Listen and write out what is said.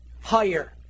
higher